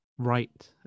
Right